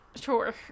Sure